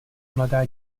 mladá